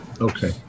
okay